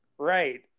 Right